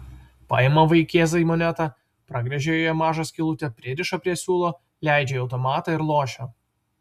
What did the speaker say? paima vaikėzai monetą pragręžia joje mažą skylutę pririša prie siūlo leidžia į automatą ir lošia